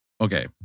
Okay